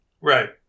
Right